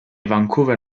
vancouver